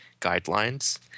guidelines